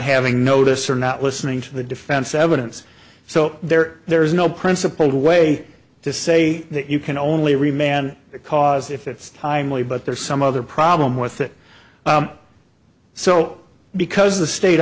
having notice or not listening to the defense evidence so there there is no principled way to say that you can only remain on because if it's timely but there's some other problem with it so because the state